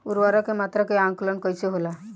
उर्वरक के मात्रा के आंकलन कईसे होला?